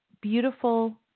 beautiful